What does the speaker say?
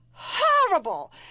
Horrible